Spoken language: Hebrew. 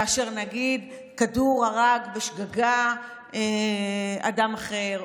כאשר נגיד: כדור הרג בשגגה אדם אחר,